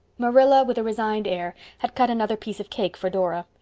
marilla, with a resigned air, had cut another piece of cake for dora.